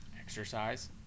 exercise